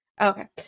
okay